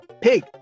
pig